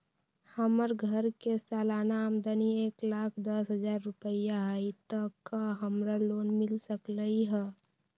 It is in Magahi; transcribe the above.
हमर घर के सालाना आमदनी एक लाख दस हजार रुपैया हाई त का हमरा लोन मिल सकलई ह?